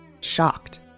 shocked